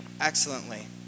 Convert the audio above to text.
excellently